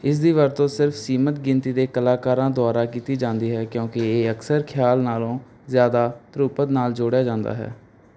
ਇਸ ਦੀ ਵਰਤੋਂ ਸਿਰਫ਼ ਸੀਮਤ ਗਿਣਤੀ ਦੇ ਕਲਾਕਾਰਾਂ ਦੁਆਰਾ ਕੀਤੀ ਜਾਂਦੀ ਹੈ ਕਿਉਂਕਿ ਇਹ ਅਕਸਰ ਖ਼ਿਆਲ ਨਾਲੋਂ ਜ਼ਿਆਦਾ ਧਰੁਪਦ ਨਾਲ ਜੋੜਿਆ ਜਾਂਦਾ ਹੈ